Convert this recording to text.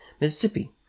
Mississippi